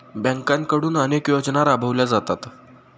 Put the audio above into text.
बँकांकडून अनेक योजना राबवल्या जातात